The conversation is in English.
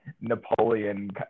Napoleon